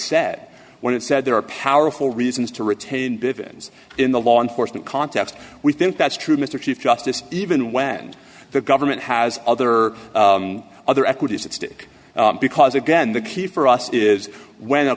said when it said there are powerful reasons to retain bivins in the law enforcement context we think that's true mr chief justice even when the government has other other equities at stake because again the key for us is when